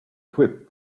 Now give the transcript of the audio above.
whip